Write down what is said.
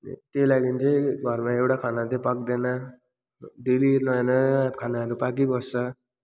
त्यही लागि चाहिँ घरमा एउटै खाना चाहिँ पाक्दैन डेली नयाँ नयाँ खानाहरू पाकिबस्छ